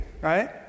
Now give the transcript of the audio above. right